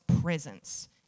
presence